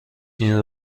این